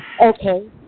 Okay